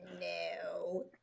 no